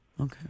Okay